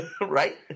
Right